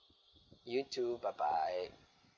you too bye bye